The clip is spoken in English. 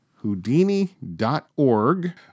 Houdini.org